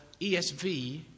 ESV